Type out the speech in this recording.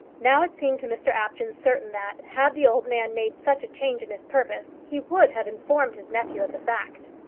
now it seemed to mr apjohn certain that, had the old man made such a change in his purpose, he would have informed his nephew of the fact.